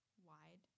wide